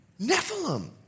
Nephilim